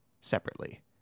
separately